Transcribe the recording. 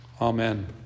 Amen